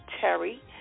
Terry